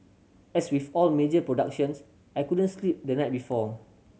as with all major productions I couldn't sleep the night before